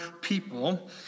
people